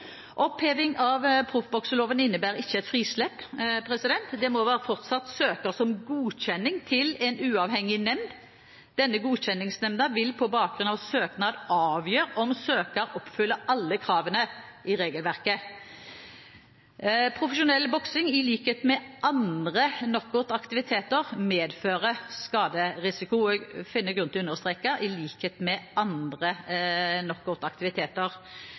Oppheving av proffbokseloven innebærer ikke et frislipp. Det må fortsatt søkes om godkjenning til en uavhengig nemnd. Denne godkjenningsnemnda vil på bakgrunn av søknad avgjøre om søker oppfyller alle kravene i regelverket. Profesjonell boksing, i likhet med andre knockoutaktiviteter, medfører skaderisiko, og jeg finner grunn til å understreke: i likhet med andre